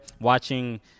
watching